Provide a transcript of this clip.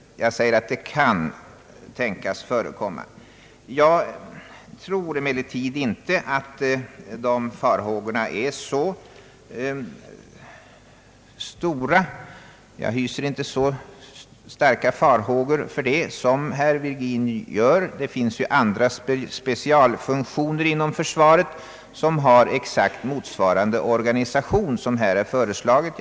Jag tror emellertid att risken för detta inte är så stor som herr Virgin tycks tro. Det finns ju andra specialfunktioner inom försvaret med motsvarande organisation som här har föreslagits.